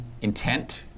Intent